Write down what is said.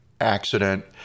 accident